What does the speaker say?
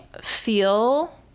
feel